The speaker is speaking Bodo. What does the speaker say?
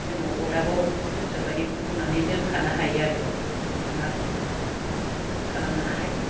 जोङो अरदाबाव गोसो बायदि फुदुंनानै दोनखानो हायो आरो दै फुदुंनाय मा फुदुंनाय जों बेखौ खालामनो हायो